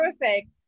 perfect